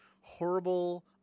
horrible